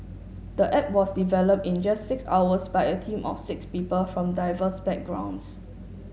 the app was developed in just six hours by a team of six people from diverse backgrounds